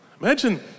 Imagine